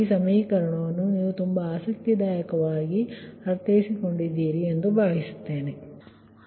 ಈ ಸಮೀಕರಣವನ್ನು ನೀವು ತುಂಬಾ ಆಸಕ್ತಿದಾಯಕವಾಗಿ ಅರ್ಥಮಾಡಿಕೊಂಡಿದ್ದೀರಿ ಎಂದು ನಾನು ಭಾವಿಸುತ್ತೇನೆ ಸರಿ